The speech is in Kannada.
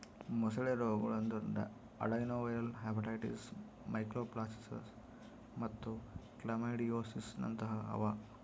ಮೊಸಳೆ ರೋಗಗೊಳ್ ಅಂದುರ್ ಅಡೆನೊವೈರಲ್ ಹೆಪಟೈಟಿಸ್, ಮೈಕೋಪ್ಲಾಸ್ಮಾಸಿಸ್ ಮತ್ತ್ ಕ್ಲಮೈಡಿಯೋಸಿಸ್ನಂತಹ ಅವಾ